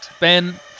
Ben